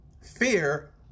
fear